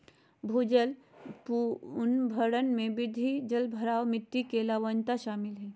भूजल पुनर्भरण में वृद्धि, जलभराव, मिट्टी के लवणता शामिल हइ